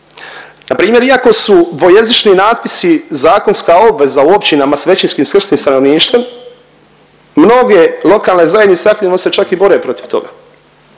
Na primjer iako su dvojezični natpisi zakonska obveza u općinama s većinskim srpskim stanovništvom mnoge lokalne zajednice aktivno se čak i bore protiv toga,